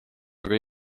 aga